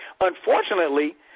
Unfortunately